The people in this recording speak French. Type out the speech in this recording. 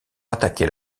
attaquer